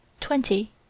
Twenty